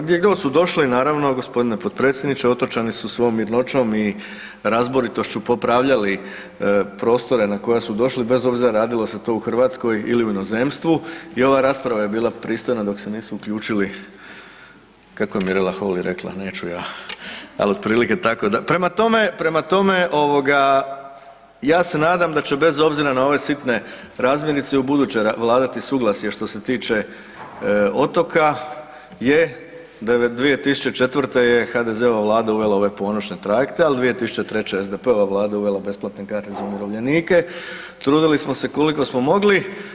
Gdje god su došli, naravno, gospodine potpredsjedniče, otočani su svom mirnoćom i razboritošću popravljali prostore na koje su došli, bez obzira radilo se to o Hrvatskoj ili u inozemstvu, i ova rasprava je bila pristojna dok se nisu uključili, kako je Mirela Holy rekla, neću ja, ali od prilike tako, prema tome ja se nadam da će bez obzira na ove sitne razmirice i ubuduće vladati suglasje što se tiče otoka, je 2004. je HDZ-ova Vlada uvela ove ponoćne trajekte, ali 2003. je SDP-ova vlada uvela besplatne karte za umirovljenike, trudili smo se koliko smo mogli.